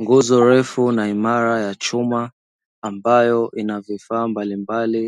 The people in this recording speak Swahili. Nguzo refu na imara ya chuma, ambayo ina vifaa mbalimbali